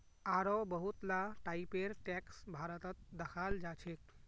आढ़ो बहुत ला टाइपेर टैक्स भारतत दखाल जाछेक